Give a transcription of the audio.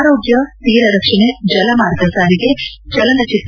ಆರೋಗ್ಕ ತೀರ ರಕ್ಷಣೆ ಜಲ ಮಾರ್ಗ ಸಾರಿಗೆ ಚಲನಚಿತ್ರ